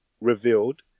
revealed